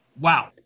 Wow